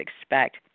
expect